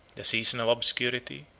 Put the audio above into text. the season of obscurity,